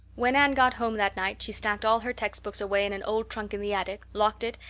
when anne got home that night she stacked all her textbooks away in an old trunk in the attic, locked it,